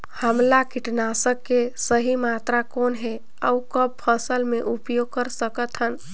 हमला कीटनाशक के सही मात्रा कौन हे अउ कब फसल मे उपयोग कर सकत हन?